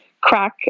crack